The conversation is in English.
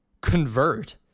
convert